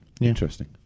Interesting